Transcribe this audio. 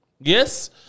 Yes